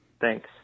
Thanks